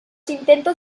intentos